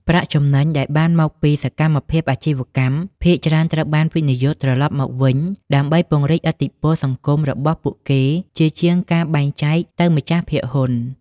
ប្រាក់ចំណេញដែលបានមកពីសកម្មភាពអាជីវកម្ម ភាគច្រើនត្រូវបានវិនិយោគត្រឡប់មកវិញ ដើម្បីពង្រីកឥទ្ធិពលសង្គមរបស់ពួកគេ ជាជាងការបែងចែកទៅម្ចាស់ភាគហ៊ុន ។